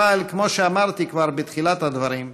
אבל כמו שאמרתי כבר בתחילת הדברים,